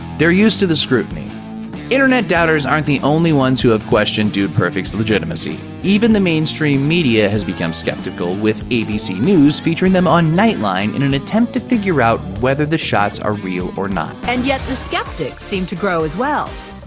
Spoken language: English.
they're used to the scrutiny internet doubters aren't the only ones who have questioned dude perfect's legitimacy. even the mainstream media has become skeptical, with abc news featuring them on nightline in an attempt to figure out whether the shots are real or not. and yet the skeptics seem to grow as well.